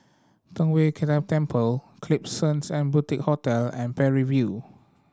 Tong Whye Temple Klapsons and Boutique Hotel and Parry View